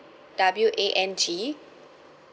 W A N G